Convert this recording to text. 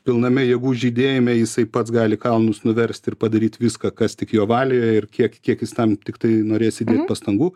pilname jėgų žydėjime jisai pats gali kalnus nuversti ir padaryti viską kas tik jo valioje ir kiek kiek jis tam tiktai norės įdėt pastangų